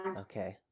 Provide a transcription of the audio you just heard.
Okay